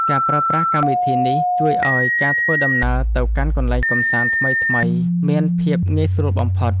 ការប្រើប្រាស់កម្មវិធីនេះ ជួយឱ្យការធ្វើដំណើរទៅកាន់កន្លែងកម្សាន្តថ្មីៗមានភាពងាយស្រួលបំផុត។